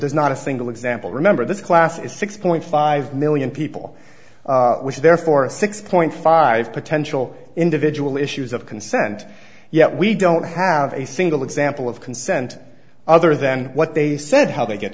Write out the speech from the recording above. there's not a single example remember this class is six point five million people which is therefore a six point five potential individual issues of consent yet we don't have a single example of consent other than what they said how they get